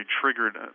triggered